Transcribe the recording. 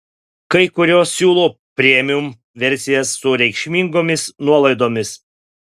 kai kurios siūlo premium versijas su reikšmingomis nuolaidomis